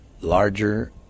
larger